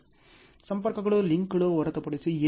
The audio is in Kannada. ಸಂಪರ್ಕಗಳು ಲಿಂಕ್ಗಳನ್ನು ಹೊರತುಪಡಿಸಿ ಏನೂ ಅಲ್ಲ